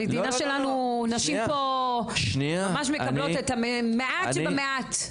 נשים פה במדינה מקבלות את המעט שבמעט.